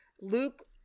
Luke